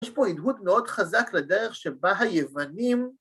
‫יש פה הדהוד מאוד חזק לדרך ‫שבה היוונים...